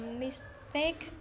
mistake